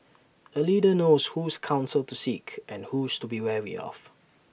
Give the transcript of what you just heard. A leader knows whose counsel to seek and whose to be wary of